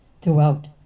throughout